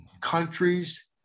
countries